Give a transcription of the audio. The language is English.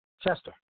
Chester